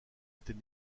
était